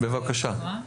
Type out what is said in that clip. אני מקווה ששמעתם.